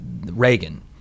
Reagan